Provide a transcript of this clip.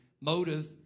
Motive